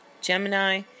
Gemini